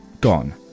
gone